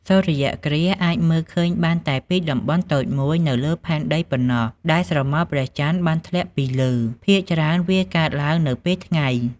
សូរ្យគ្រាសអាចមើលឃើញបានតែពី តំបន់តូចមួយ នៅលើផែនដីប៉ុណ្ណោះ ដែលស្រមោលព្រះចន្ទបានធ្លាក់ពីលើ ភាគច្រើនវាកើតឡើងនៅពេលថ្ងៃ ។